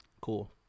Cool